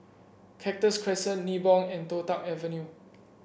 Cactus Crescent Nibong and Toh Tuck Avenue